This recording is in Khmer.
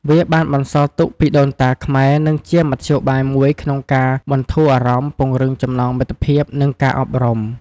វាបានបន្សល់ទុកពីដូនតាខ្មែរ និងជាមធ្យោបាយមួយក្នុងការបន្ធូរអារម្មណ៍ ពង្រឹងចំណងមិត្តភាព និងការអប់រំ។